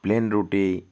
plane রুটি